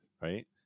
right